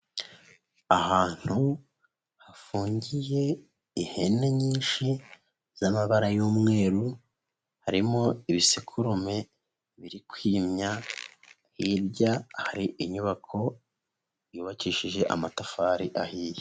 Ahantu hafungiye ihene nyinshi z'amabara y'umweru, harimo ibisekurume biri kwimya hirya hari inyubako yubakishije amatafari ahiye.